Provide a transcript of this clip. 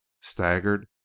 staggered